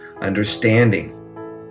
understanding